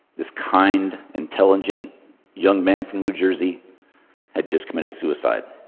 this kind, intelligent young man from new jersey had just committed suicide.